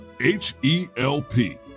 H-E-L-P